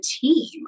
team